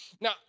Now